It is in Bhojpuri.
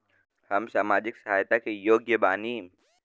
हम सामाजिक सहायता के योग्य बानी?